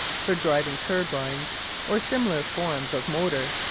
for driving turbines or similar forms of motor,